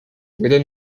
within